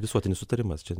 visuotinis sutarimas čia